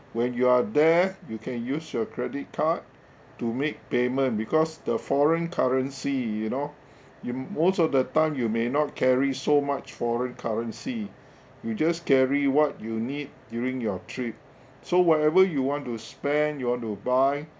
when you are there you can use your credit card to make payment because the foreign currency you know you most of the time you may not carry so much foreign currency you just carry what you need during your trip so whatever you want to spend you want to buy